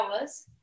hours